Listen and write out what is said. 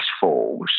falls